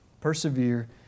Persevere